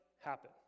happen